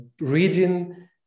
reading